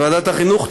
בוועדת החינוך,